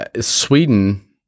Sweden